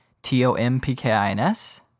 T-O-M-P-K-I-N-S